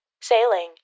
sailing